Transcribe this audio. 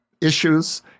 issues